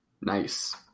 Nice